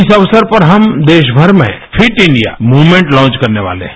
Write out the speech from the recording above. इस अवसर पर हम देशभर में फिट इंडिया मुवमेंट लांच करने वाले हैं